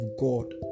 God